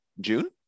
June